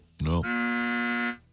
No